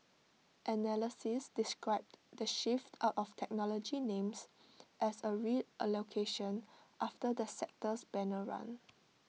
analysts described the shift out of technology names as A reallocation after the sector's banner run